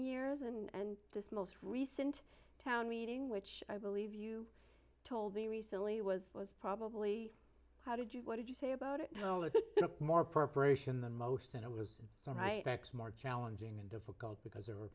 years and this most recent town meeting which i believe you told me recently was was probably how did you what did you say about it more preparation the most and it was so right next more challenging and difficult because